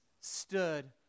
stood